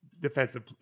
defensive